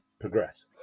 progress